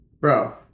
Bro